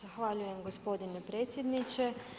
Zahvaljujem gospodine predsjedniče.